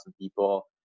people